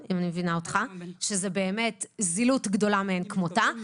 שזה זילות גדולה מעין כמותה.